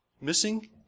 missing